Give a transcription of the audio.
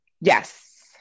Yes